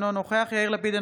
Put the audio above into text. אינו נוכח יאיר לפיד,